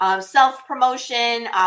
self-promotion